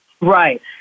Right